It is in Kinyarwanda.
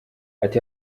ati